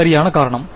சரியான காரணம்